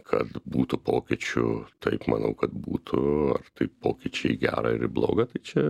kad būtų pokyčių taip manau kad būtų ar tai pokyčiai į gerą ar į blogą tai čia